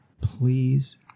Please